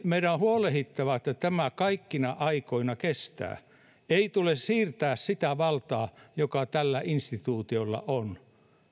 meidän on huolehdittava että tämä kaikkina aikoina kestää ei tule siirtää sitä valtaa joka tällä instituutiolla on